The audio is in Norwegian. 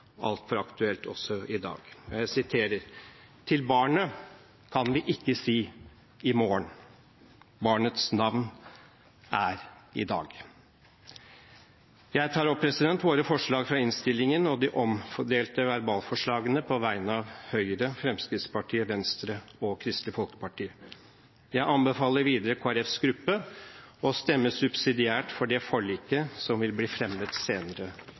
altfor aktuelt også i dag: Til barnet kan vi ikke si: I morgen. Barnets navn er: I dag. Jeg tar opp vårt forslag i innstillingen og de omdelte verbalforslagene på vegne av Høyre, Fremskrittspartiet, Venstre og Kristelig Folkeparti. Jeg anbefaler videre Kristelig Folkepartis gruppe å stemme subsidiært for det forliket som vil bli fremmet senere